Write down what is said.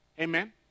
Amen